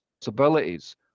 possibilities